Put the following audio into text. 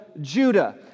Judah